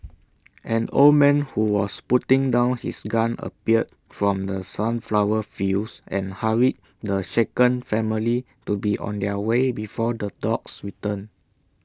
an old man who was putting down his gun appeared from the sunflower fields and hurried the shaken family to be on their way before the dogs return